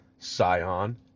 Sion